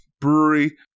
brewery